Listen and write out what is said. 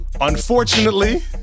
Unfortunately